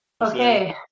okay